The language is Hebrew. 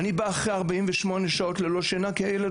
אני בא אחרי 48 שעות ללא שינה כי הילד